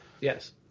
Yes